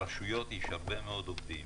ברשויות יש הרבה מאוד עובדים